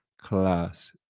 Class